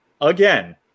again